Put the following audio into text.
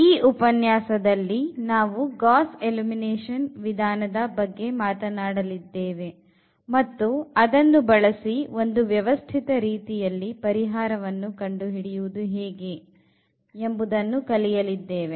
ಈ ಉಪನ್ಯಾಸದಲ್ಲಿ ನಾವು ಗಾಸ್ ಎಲಿಮಿನೇಷನ್ ವಿಧಾನದ ಬಗ್ಗೆ ಮಾತನಾಡಲಿದ್ದೇವೆ ಮತ್ತು ಅದನ್ನು ಬಳಸಿ ಒಂದು ವ್ಯವಸ್ಥಿತ ರೀತಿಯಲ್ಲಿ ಪರಿಹಾರವನ್ನು ಕಂಡುಹಿಡಿಯುವುದು ಹೇಗೆ ಎಂಬುದನ್ನು ಕಲಿಯಲಿದ್ದೇವೆ